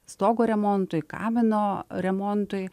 stogo remontui kamino remontui